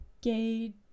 gay